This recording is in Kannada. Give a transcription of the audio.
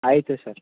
ಆಯಿತು ಸರ್